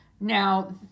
now